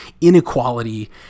inequality